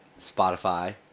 Spotify